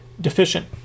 deficient